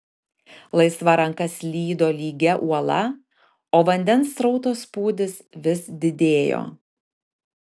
laisva ranka slydo lygia uola o vandens srauto spūdis vis didėjo